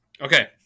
Okay